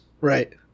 Right